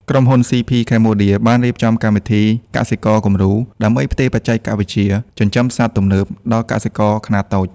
ក្រុមហ៊ុន ស៉ីភី ខេមបូឌា (CP Cambodia) បានរៀបចំកម្មវិធី "កសិករគំរូ" ដើម្បីផ្ទេរបច្ចេកវិទ្យាចិញ្ចឹមសត្វទំនើបដល់កសិករខ្នាតតូច។